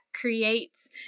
creates